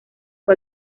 fue